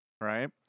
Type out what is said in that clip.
Right